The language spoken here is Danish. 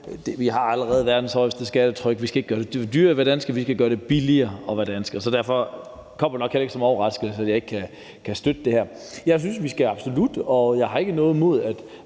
Vi har allerede verdens højeste skattetryk, og vi skal ikke gøre det dyrere at være dansker; vi skal gøre det billigere at være dansker. Så derfor kommer det nok heller ikke som en overraskelse, at jeg ikke kan støtte det her. Jeg synes absolut, at man skal – det har